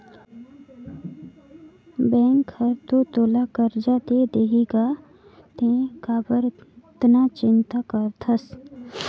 bank हर तो करजा तोला दे देहीगा तें काबर अतना चिंता करथस